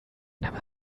never